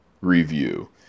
review